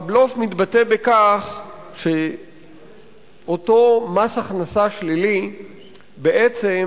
הבלוף מתבטא בכך שאותו מס הכנסה שלילי בעצם